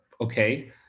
Okay